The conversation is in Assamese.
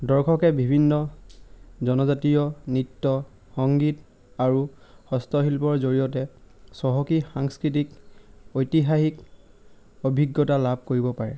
দৰ্শকে বিভিন্ন জনজাতীয় নৃত্য সংগীত আৰু হস্তশিল্পৰ জৰিয়তে চহকী সাংস্কৃতিক ঐতিহাসিক অভিজ্ঞতা লাভ কৰিব পাৰে